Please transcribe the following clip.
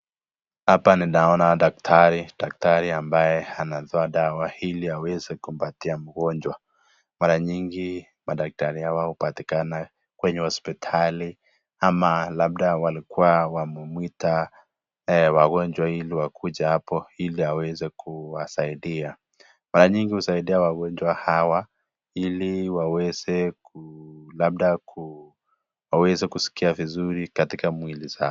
Hapa ninaona daktari, daktari ambaye anatoa dawa ili aweze kumpatia mgonjwa mara nyingi madaktari hawa hupatikana kwenye hospitali ama labda walikuwa wamemwita wagonjwa ili wakuje hapo ili waweze kuwasiadia. Mara nyingi husaidia wagonjwa hawa ili waweze labda ku waweze kuskia vizuri katika miili zao.